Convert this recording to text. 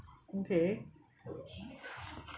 okay